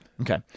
Okay